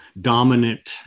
dominant